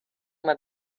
uma